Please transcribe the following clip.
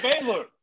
Baylor